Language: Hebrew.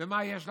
ומה יש לכם?